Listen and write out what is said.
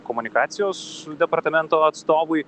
komunikacijos departamento atstovui